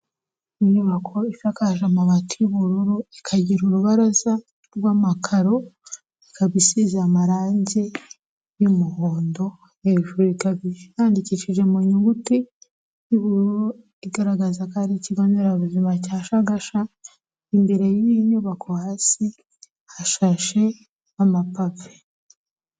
Inyubako ishakaje amabati y'ubururu ikagira urubaraza rw'amakaro ikabasiza amarangi y'umuhondo hejuru yandikishije mu nyuguti yubururu igaragaza ko ari ikigo nderabuzima cya shagasha imbere y'iyi nyubako hasi hashashe nk amapafe.